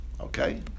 Okay